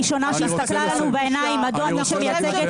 מסתכל להם בעיניים, אני יושב מולם.